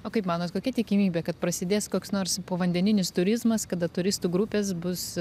o kaip manot kokia tikimybė kad prasidės koks nors povandeninis turizmas kada turistų grupės bus